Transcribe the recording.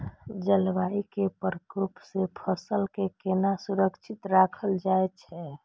जलवायु के प्रकोप से फसल के केना सुरक्षित राखल जाय छै?